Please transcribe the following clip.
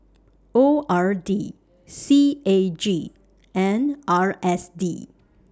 O R D C A G and R S D